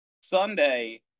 Sunday